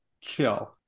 chill